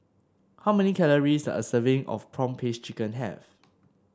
how many calories does a serving of prawn paste chicken have